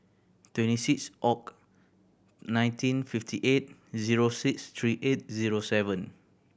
twenty six Oct nineteen fifty eight zero six three eight zero seven